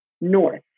north